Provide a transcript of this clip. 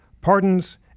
pardons